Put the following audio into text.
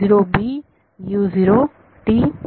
विद्यार्थी 2